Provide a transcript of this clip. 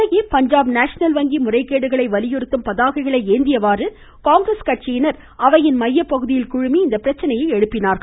இதனிடையே பஞ்சாப் நேஷனல் வங்கி முறைகேடுகளை வலியுறுத்தும் பதாகைகளை ஏந்தியவாறு காங்கிரஸ் கட்சியினர் அவையின் மையப்பகுதியில் குழுமி இந்த பிரச்சனையை எழுப்பினார்கள்